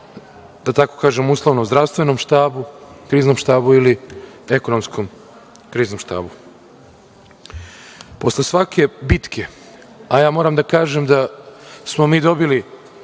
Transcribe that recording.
da tako kažem uslovno, o Zdravstvenom štabu, Kriznom štabu ili Ekonomskom kriznom štabu. Posle svake bitke, a ja moram da kažem da smo mi dobili